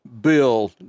bill